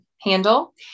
handle